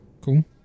Cool